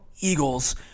Eagles